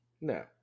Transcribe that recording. No